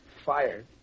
Fired